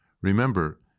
Remember